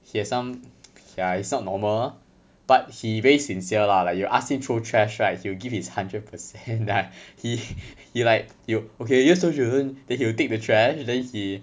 he has some okay lah it's not normal but he very sincere lah like you ask him throw trash right he will give his hundred percent then I he he like you okay use two then he will take the trash then he